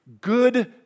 Good